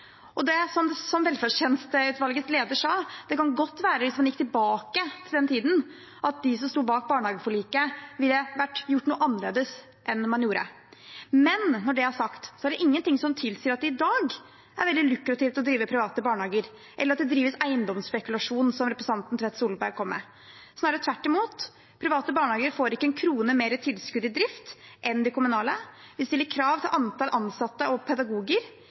Som velferdstjenesteutvalgets leder sa det, kan det godt være, hvis man gikk tilbake til den tiden, at de som sto bak barnehageforliket, ville gjort noe annerledes enn man gjorde. Men når det er sagt, er det ingenting som tilsier at det i dag er veldig lukrativt å drive private barnehager, eller at det drives eiendomsspekulasjon, som representanten Tvedt Solberg kom med. Snarere tvert imot: Private barnehager får ikke en krone mer i tilskudd til drift enn de kommunale. Det stilles krav til antallet ansatte og pedagoger.